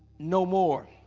no more